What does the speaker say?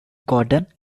gordon